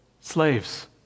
slaves